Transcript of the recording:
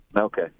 Okay